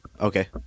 Okay